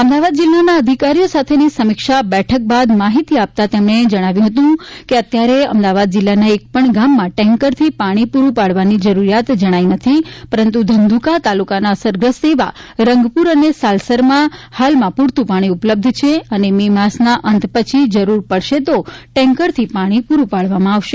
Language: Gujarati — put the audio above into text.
અમદાવાદ જિલ્લાના અધિકારીઓ સાથેની સમીક્ષા બેઠક બાદ માહિતી આપતા તેમણે જણાવ્યું હતું કે અત્યારે અમદાવાદ જિલ્લાના એકપણ ગામમાં ટેન્કરથી પાણી પૂરું પાડવાની જરૂરિયાત જણાઈ નથી પરંતુ ધંધુકા તાલુકાના અસરગ્રસ્ત એવા રંગપુર અને સાલસરમાં હાલમાં પૂરતું પાણી ઉપલબ્ધ છે અને મે માસના અંત પછી જરૂર પડશે તો ટેન્કરથી પાણી પૂરું પાડવામાં આવશે